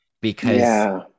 because-